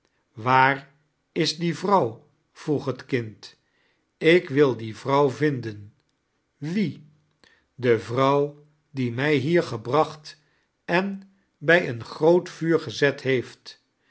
r is die vrouw vxoeg het kind ik wil die yrouw vinden wie de yrouw die mij hier gebracht en bij een groot vuur gezet heeft